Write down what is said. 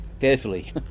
Carefully